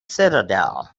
citadel